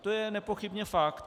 To je nepochybně fakt.